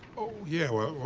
oh, yeah, w-well,